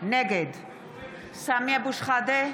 נגד סמי אבו שחאדה,